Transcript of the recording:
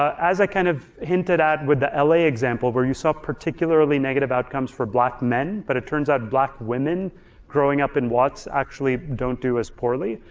as i kind of hinted out with the ah la example where you saw particularly negative outcomes for black men, but it turns out black women growing up in watts actually don't do as poorly.